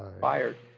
fired?